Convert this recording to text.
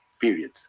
period